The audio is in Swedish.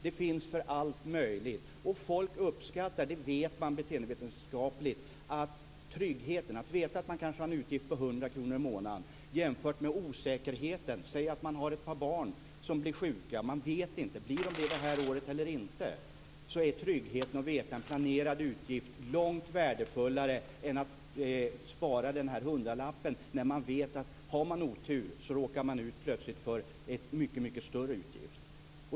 De finns för allt möjligt. Folk uppskattar tryggheten. Det vet man genom beteendevetenskapen. De vill veta att de kanske har en utgift på 100 kr i månaden i stället för osäkerheten. Säg att man har ett par barn som kan bli sjuka. Man vet inte. Blir de det det här året eller inte? Då är tryggheten att veta en planerad utgift långt värdefullare än att spara den här hundralappen. Man vet att om man har otur råkar man plötsligt ut för en mycket större utgift.